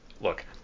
Look